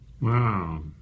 Wow